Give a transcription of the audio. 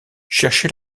cherchez